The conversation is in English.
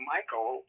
Michael